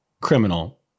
Criminal